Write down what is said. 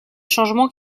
changements